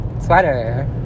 sweater